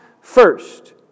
first